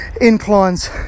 inclines